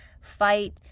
fight